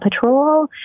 patrol